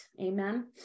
Amen